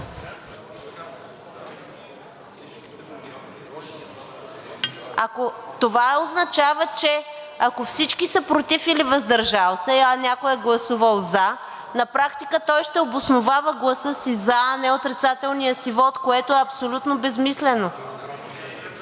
Това означава, че ако всички са против или въздържал се, а някой е гласувал за, на практика той ще обосновава гласа си за, а не отрицателния си вот, което е абсолютно безсмислено.